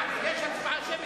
יש הצבעה שמית